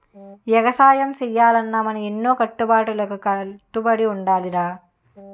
ఎగసాయం సెయ్యాలన్నా మనం ఎన్నో సట్టాలకి కట్టుబడి ఉండాలిరా